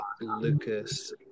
Lucas